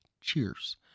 Cheers